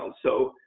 um so,